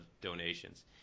donations